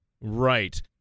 Right